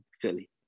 Philly